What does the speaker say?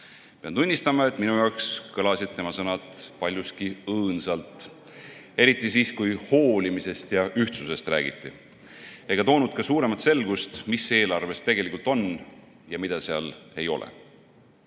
Pean tunnistama, et minu jaoks kõlasid tema sõnad paljuski õõnsalt, eriti siis, kui hoolimisest ja ühtsusest räägiti. Me ei saanud suuremat selgust, mis eelarves tegelikult on ja mida seal ei ole.